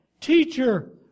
Teacher